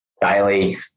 daily